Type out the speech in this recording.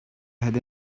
had